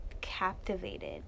captivated